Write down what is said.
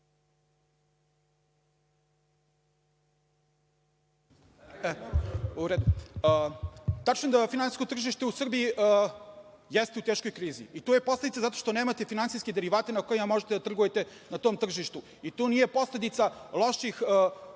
Kovačević** Tačno je da finansijsko tržište u Srbiji jeste u teškoj krizi i to je posledica zato što nemate finansijske derivate na kojima možete da trgujete na tom tržištu. To nije posledica lošeg